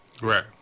Right